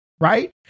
right